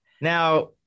Now